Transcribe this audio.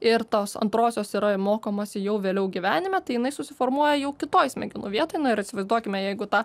ir tos antrosios yra mokomasi jau vėliau gyvenime tai jinai susiformuoja jau kitoj smegenų vietoj na ir įsivaizduokime jeigu tą